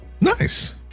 Nice